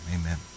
Amen